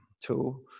two